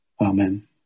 Amen